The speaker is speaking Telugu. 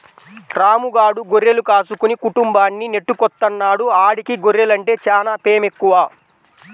రాము గాడు గొర్రెలు కాసుకుని కుటుంబాన్ని నెట్టుకొత్తన్నాడు, ఆడికి గొర్రెలంటే చానా పేమెక్కువ